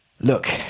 Look